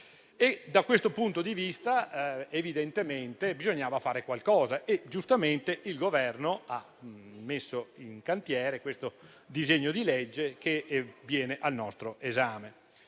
Da questo punto di vista, bisognava fare qualcosa e giustamente il Governo ha messo in cantiere il disegno di legge al nostro esame.